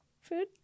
food